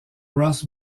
ross